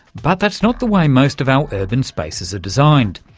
but that's not the way most of our urban spaces are designed.